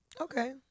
okay